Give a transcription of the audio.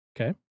Okay